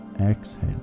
Exhale